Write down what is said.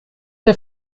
der